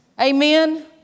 Amen